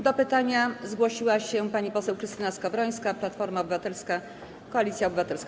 Do pytania zgłosiła się pani poseł Krystyna Skowrońska, Platforma Obywatelska - Koalicja Obywatelska.